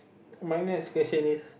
my next question is